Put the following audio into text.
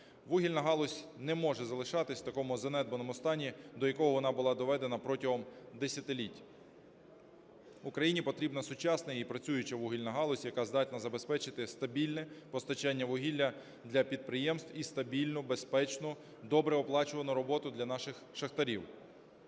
Вугільна галузь не може залишатися в такому занедбаному стані, до якого вона була доведена протягом десятиліть. Україні потрібна сучасна і працююча вугільна галузь, яка здатна забезпечити стабільне постачання вугілля для підприємств і стабільну, безпечну, добре оплачувану роботу для наших шахтарів.